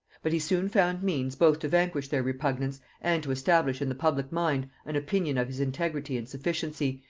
but he soon found means both to vanquish their repugnance and to establish in the public mind an opinion of his integrity and sufficiency,